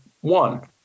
One